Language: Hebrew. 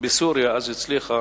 והיא הצליחה